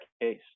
case